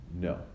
No